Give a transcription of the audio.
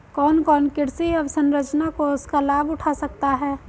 कौन कौन कृषि अवसरंचना कोष का लाभ उठा सकता है?